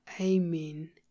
amen